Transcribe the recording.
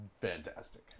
Fantastic